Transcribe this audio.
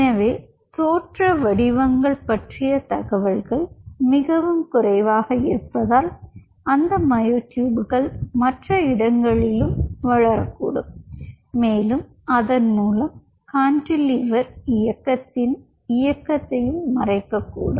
எனவே தோற்ற வடிவங்கள் பற்றிய தகவல்கள் மிகவும் குறைவாக இருப்பதால் அந்த மயோட்டூப்கள் மற்ற இடங்களிலும் வளரக் கூடும் மேலும் அதன் மூலம் கான்டிலீவர் இயக்கத்தின் இயக்கத்தை மறைக்கக்கூடும்